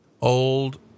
old